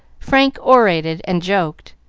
frank orated and joked,